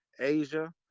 Asia